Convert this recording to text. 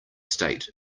state